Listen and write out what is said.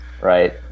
Right